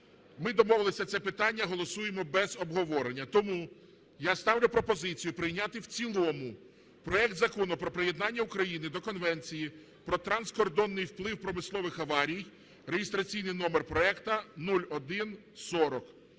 Ми домовилися, це питання голосуємо без обговорення. Тому я ставлю пропозицію прийняти в цілому проект Закону про приєднання України до Конвенції про транскордонний вплив промислових аварій (реєстраційний номер проекту 0140).